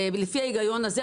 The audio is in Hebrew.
לפי ההיגיון הזה,